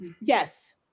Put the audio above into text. Yes